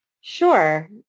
Sure